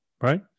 right